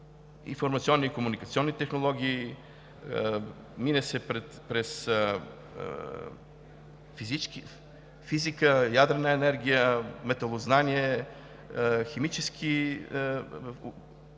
информационни и комуникационни технологии, мине се през физика, ядрена енергия, металознание, проекти